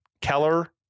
Keller